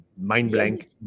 mind-blank